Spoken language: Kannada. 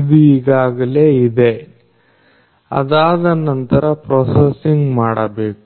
ಇದು ಈಗಾಗಲೇ ಇದೆ ಅದಾದ ನಂತರ ಪ್ರೋಸಸಿಂಗ್ ಮಾಡಬೇಕು